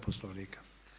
Poslovnika.